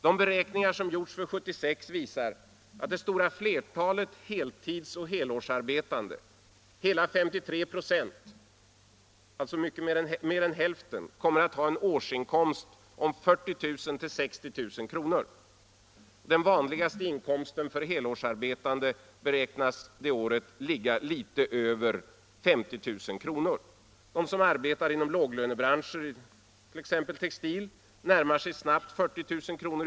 De beräkningar som gjorts för 1976 visar, att det stora flertalet heltidsoch helårsarbetande — hela 53 96 —- då kommer att ha en årsinkomst om 40 000-60 000 kr. Den vanligaste inkomsten för helårsarbetande beräknas 1976 ligga litet över 50 000 kr, De som arbetar inom låglönebranscher — t.ex. textilindustrin — närmar sig snabbt 40 000 kr.